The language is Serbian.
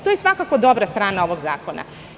To je svakako dobra strana ovog zakona.